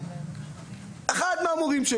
אחד מהמורים של